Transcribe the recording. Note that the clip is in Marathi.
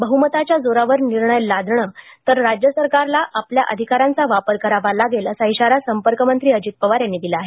बहुमताच्या जोरावर निर्णय लादले तर राज्य सरकारला आपल्या अधिकारांचा वापर करावा लागेल असा इशारा संपर्कमंत्री अजित पवार यांनी दिला आहे